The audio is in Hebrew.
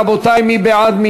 רבותי, מי בעד?